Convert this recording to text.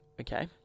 Okay